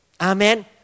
Amen